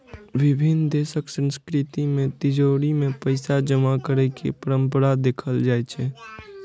विभिन्न देशक संस्कृति मे तिजौरी मे पैसा जमा करै के परंपरा देखल जाइ छै